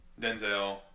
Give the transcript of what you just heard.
Denzel